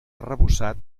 arrebossat